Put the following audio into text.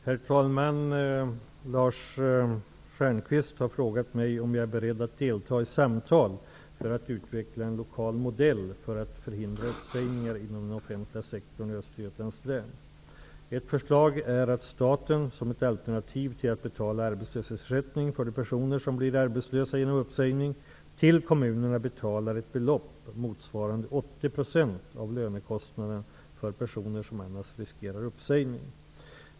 Herr talman! Lars Stjernkvist har frågat mig om jag är beredd att delta i samtal för att utveckla en lokal modell för att förhindra uppsägningar inom den offentliga sektorn i Östergötlands län. Ett förslag är att staten, som ett alternativ till att betala arbetslöshetsersättning för de personer som blir arbetslösa genom uppsägning, till kommunerna betalar ett belopp motsvarande 80 % av lönekostnaden för personer som annars riskerar uppsägning.